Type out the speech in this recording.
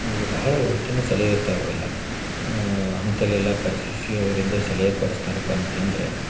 ಆದ್ರೂ ಬಹಳ ಉತ್ತಮ ಸಲಹೆ ಇರ್ತವೆ ಅವೆಲ್ಲ ಅಂಥಲೆಲ್ಲ ಕರ್ಶಿಸಿ ಅವರಿಂದ ಸಲಹೆ ಕೊಡಸ್ತಾರಪ್ಪ ಅಂತಂದ್ರ